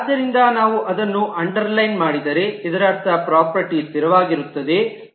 ಆದ್ದರಿಂದ ನಾವು ಅದನ್ನು ಅಂಡರ್ಲೈನ್ ಮಾಡಿದರೆ ಇದರರ್ಥ ಪ್ರಾಪರ್ಟೀ ಸ್ಥಿರವಾಗಿರುತ್ತದೆ